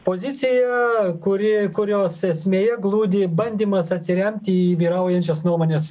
pozicija kuri kurios esmėje glūdi bandymas atsiremti į vyraujančias nuomones